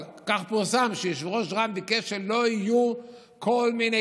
אבל כך פורסם: שיושב-ראש רע"מ ביקש שלא היו כל מיני